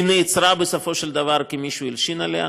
היא נעצרה בסופו של דבר כי מישהו הלשין עליה.